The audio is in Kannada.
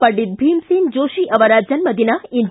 ಪಂಡಿತ್ ಭೀಮ್ಸೇನ್ ಜೋತಿ ಅವರ ಜನ್ದದಿನ ಇಂದು